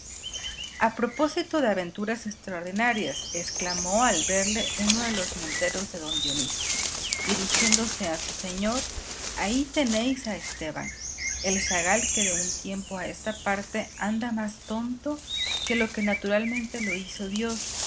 propósito de aventuras extraordinarias exclamó al verle uno de los monteros de don dionís dirigiéndose a su señor ahí tenéis a esteban el zagal que de un tiempo a esta parte anda más tonto que lo que naturalmente lo hizo dios